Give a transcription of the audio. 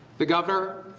the governor,